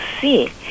see